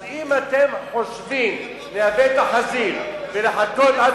אז אם אתם חושבים לייבא את החזיר ולחכות עד